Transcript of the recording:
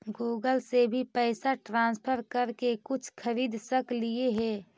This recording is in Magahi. गूगल से भी पैसा ट्रांसफर कर के कुछ खरिद सकलिऐ हे?